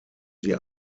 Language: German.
sie